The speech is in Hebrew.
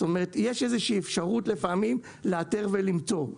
זאת אומרת יש איזושהי אפשרות לפעמים לאתר ולמצוא,